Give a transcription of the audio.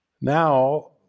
Now